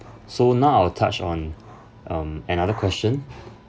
so now I will touch on um another question